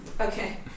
Okay